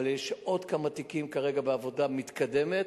אבל יש עוד כמה תיקים כרגע בעבודה מתקדמת,